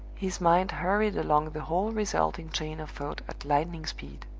his mind hurried along the whole resulting chain of thought at lightning speed.